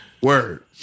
Word